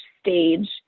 stage